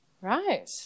Right